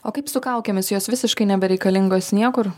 o kaip su kaukėmis jos visiškai nebereikalingos niekur